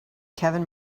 kevin